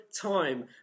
time